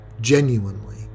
genuinely